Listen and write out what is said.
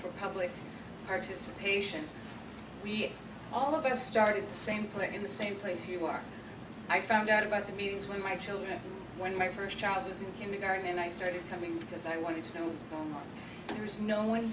for public participation we all of us started the same click in the same place you are i found out about the abuse when my children when my first child was in kindergarten and i started coming because i wanted to know what's going on there is no one